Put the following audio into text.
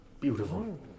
Beautiful